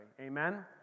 amen